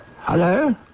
Hello